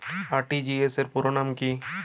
RTGS র পুরো নাম কি?